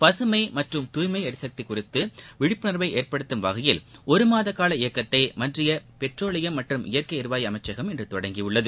பசுமை மற்றும் தூய்மை எரிசக்தி குறித்து விழிப்புனர்வை ஏற்படுத்தும் வகையில் ஒரு மாத கால இயக்கத்தை மத்திய பெட்ரோலியம் மற்றும் இயற்கை எரிவாயு அமைச்சகம் இன்று தொடங்கி உள்ளது